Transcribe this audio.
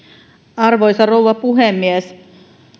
arvoisa rouva puhemies